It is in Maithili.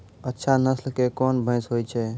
अच्छा नस्ल के कोन भैंस होय छै?